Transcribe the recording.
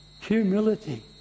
Humility